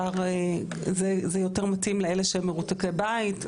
זה יותר מתאים לאלה שהם מרותקי בית,